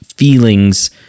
feelings